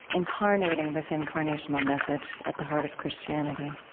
incarnating this incarnational message at the heart of christianity.